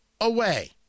away